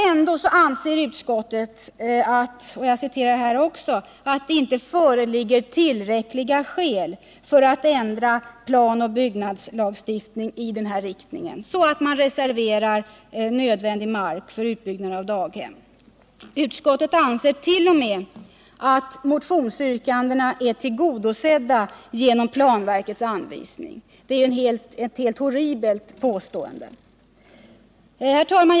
Ändå anser utskottet att det inte föreligger tillräckliga skäl för att ändra planoch byggnadslagstiftningen i den här riktningen så att man reserverar nödvändig mark för utbyggnaden av daghem. Utskottet anser t. 0. m. att motionsyrkandena är tillgodosedda genom planverkets anvisningar. Det är ett helt horribelt påstående. Herr talman!